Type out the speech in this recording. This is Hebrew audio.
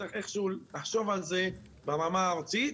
צריך לחשוב על זה ברמה הארצית,